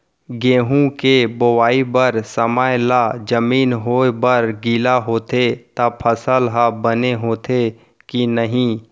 गेहूँ के बोआई बर समय ला जमीन होये बर गिला होथे त फसल ह बने होथे की नही?